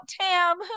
Tam